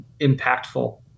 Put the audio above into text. impactful